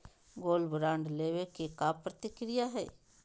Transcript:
Gold bond लेवे के का प्रक्रिया हई?